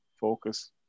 focus